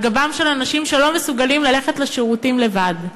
על גבם של אנשים שלא מסוגלים ללכת לשירותים לבד.